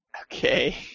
Okay